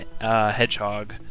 hedgehog